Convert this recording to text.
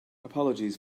apologies